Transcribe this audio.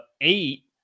Eight